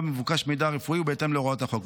מבוקש המידע הרפואי ובהתאם להוראות החוק.